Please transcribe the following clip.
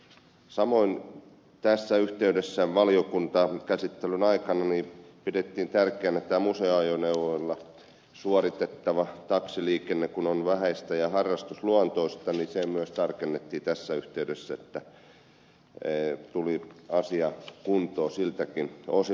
samoin tässä yhteydessä valiokuntakäsittelyn aikana pidettiin tärkeänä että museoajoneuvoilla suoritettava taksiliikenne kun on vähäistä ja harrastusluontoista niin se myös tarkennettiin tässä yhteydessä että tuli asia kuntoon siltäkin osin